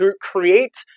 create